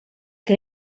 que